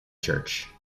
church